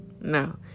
no